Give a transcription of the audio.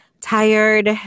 tired